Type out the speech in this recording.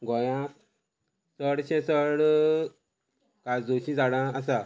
गोंयांत चडशे चड काजूची झाडां आसा